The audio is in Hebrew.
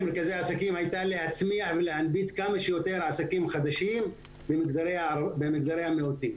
הייתה להצמיח ולהנביט כמה שיותר עסקים חדשים במגזרי המיעוטים,